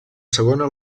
segona